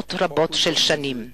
לעשרות רבות של שנים.